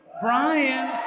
Brian